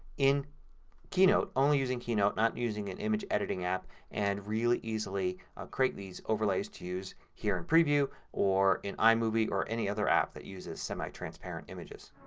in keynote. only using keynote. not using an image editing app and really easily create these overlays to use here in preview or in imovie or any other app that uses semi-transparent images.